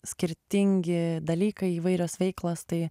skirtingi dalykai įvairios veiklos tai